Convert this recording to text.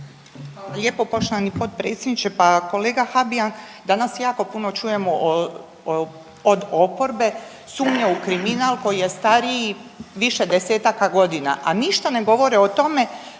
lijepo poštovani potpredsjedniče. Pa kolega Habijan danas jako puno čujemo od oporbe sumnje u kriminal koji je stariji više desetaka godina, a ništa ne govore o tome